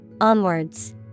onwards